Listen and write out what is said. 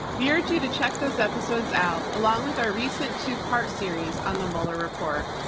we urge you to check those episodes out, along with our recent two-part series on the mueller report.